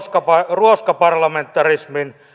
ruoskaparlamentarismin